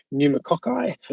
pneumococci